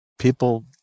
People